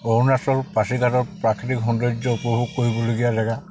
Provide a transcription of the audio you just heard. অৰুণাচল পাছিঘাটৰ প্ৰাকৃতিক সৌন্দৰ্য উপভোগ কৰিবলগীয়া জেগা